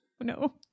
No